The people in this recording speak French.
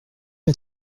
pas